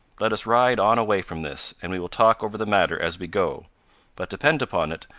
let us ride on away from this, and we will talk over the matter as we go but depend upon it,